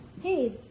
hey